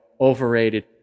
overrated